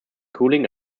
cooling